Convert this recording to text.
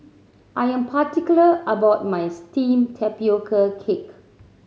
I am particular about my steamed tapioca cake